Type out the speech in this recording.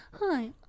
hi